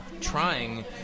trying